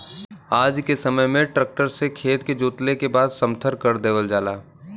आज के समय में ट्रक्टर से खेत के जोतले के बाद समथर कर देवल जाला